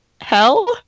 Hell